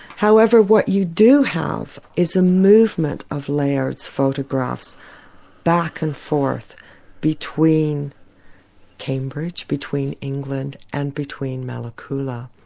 however, what you do have is a movement of layard's photographs back and forth between cambridge, between england and between malekula.